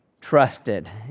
trusted